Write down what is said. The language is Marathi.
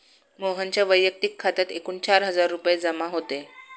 मोहनच्या वैयक्तिक खात्यात एकूण चार हजार रुपये जमा होते